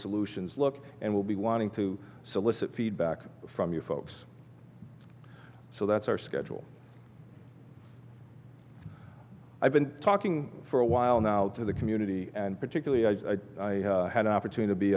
solutions look and we'll be wanting to solicit feedback from you folks so that's our schedule i've been talking for a while now to the community and particularly i had an opportunity